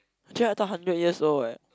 actually I thought hundred years old eh